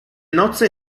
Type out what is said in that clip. nozze